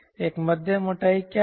एक मध्यम मोटाई क्या है